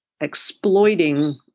exploiting